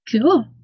Cool